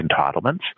entitlements